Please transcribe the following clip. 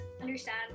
understand